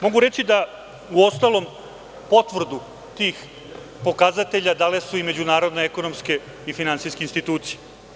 Mogu reći da, u ostalom, potvrdu tih pokazatelja dale su i međunarodne ekonomske i finansijske institucije.